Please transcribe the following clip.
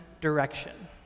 direction